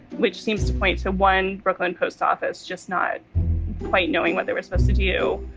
which seems to point to one brooklyn post office, just not quite knowing what they were supposed to do,